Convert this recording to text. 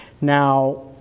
Now